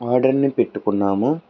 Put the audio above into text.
ఆర్డరుని పెట్టుకున్నాము